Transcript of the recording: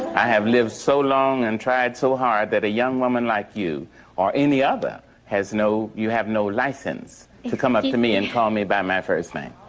i have lived so long and tried so hard that a young woman like you or any other has no. you have no license to come up to me and call me by my first name.